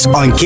on